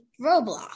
Roblox